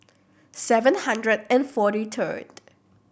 seven hundred and forty third